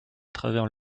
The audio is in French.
travers